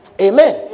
Amen